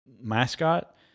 mascot